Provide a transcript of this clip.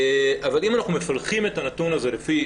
אבל אם אנחנו מפלחים את הנתון הזה לפי